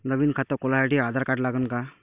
नवीन खात खोलासाठी आधार कार्ड लागन का?